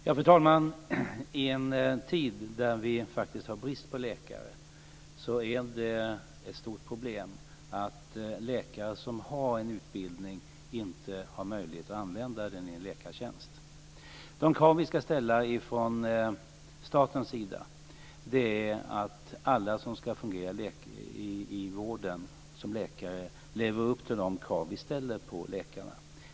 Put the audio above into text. Fru talman! I en tid där vi faktiskt har brist på läkare är det ett stort problem att läkare som har en utbildning inte har möjlighet att använda den i en läkartjänst. De krav vi ska ställa från statens sida är att alla som ska fungera som läkare i vården ska leva upp till de krav vi ställer på läkarna.